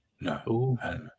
No